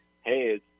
Hey